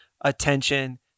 attention